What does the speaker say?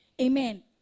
Amen